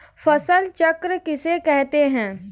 फसल चक्र किसे कहते हैं?